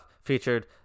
featured